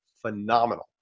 phenomenal